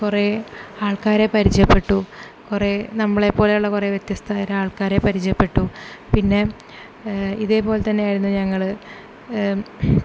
കുറേ ആൾക്കാരെ പരിചയപ്പെട്ടു കുറെ നമ്മളെ പോലെയുള്ള കുറെ വ്യത്യസ്തമായ ആൾക്കാരെ പരിചയപ്പെട്ടു പിന്നെ ഇതേ പോലെ തന്നെ ആരുന്നു ഞങ്ങള്